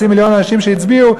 חצי מיליון אנשים שהצביעו,